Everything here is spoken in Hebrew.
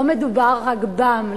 לא מדובר רק בם,